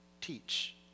teach